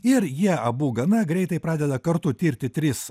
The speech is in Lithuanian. ir jie abu gana greitai pradeda kartu tirti tris